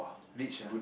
rich ah